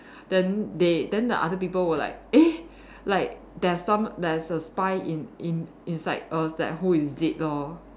then they then the other people will like eh like there's some there's a spy in in inside us like who is it lor